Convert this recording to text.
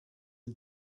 are